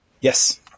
Yes